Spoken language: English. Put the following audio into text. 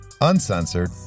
uncensored